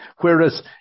Whereas